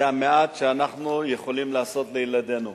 זה המעט שאנחנו יכולים לעשות לילדינו,